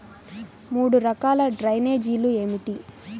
మూడు రకాల డ్రైనేజీలు ఏమిటి?